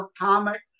comic